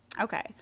Okay